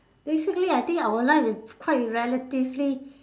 basically I think our life quite relatively